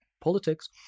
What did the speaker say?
politics